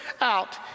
out